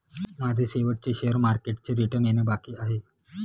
माझे शेवटचे शेअर मार्केटचे रिटर्न येणे बाकी आहे